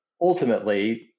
ultimately